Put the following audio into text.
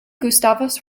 gustavus